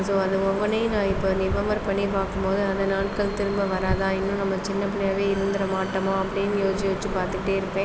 so அதை ஒவ்வொன்றையும் நான் இப்போ ரிமெம்பர் பண்ணி பார்க்கும் போது அந்த நாட்கள் திரும்ப வராதா இன்னும் நம்ம சின்ன பிள்ளையாகவே இருந்துட மாட்டோமா அப்படினு யோசித்து யோசித்து பார்த்துக்கிட்டே இருப்பேன்